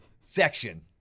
section